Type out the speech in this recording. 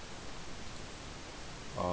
oh